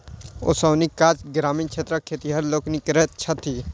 ओसौनीक काज ग्रामीण क्षेत्रक खेतिहर लोकनि करैत छथि